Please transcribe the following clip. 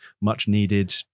much-needed